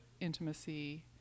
intimacy